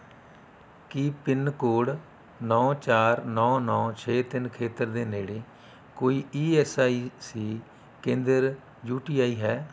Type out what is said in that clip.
ਕੀ pin code ਨੌਂ ਚਾਰ ਨੌਂ ਨੌਂ ਛੇ ਤਿੰਨ ਖੇਤਰ ਦੇ ਨੇੜੇ ਕੋਈ ਈ ਐੱਸ ਆਈ ਸੀ ਕੇਂਦਰ ਯੂ ਟੀ ਆਈ ਹੈ